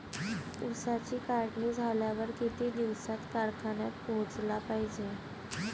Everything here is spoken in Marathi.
ऊसाची काढणी झाल्यावर किती दिवसात कारखान्यात पोहोचला पायजे?